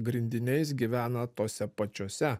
grindiniais gyvena tose pačiose